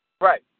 Right